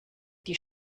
die